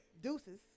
Deuces